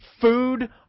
food